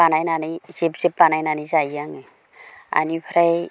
बानायनानै जेब जेब बानायनानै जायो आङो बेनिफ्राय